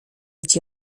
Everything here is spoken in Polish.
chcę